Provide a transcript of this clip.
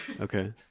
Okay